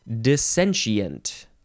dissentient